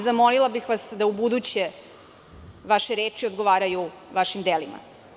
Zamolila bih vas da u buduće vaše reči odgovaraju vašim delima.